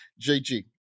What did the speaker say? JG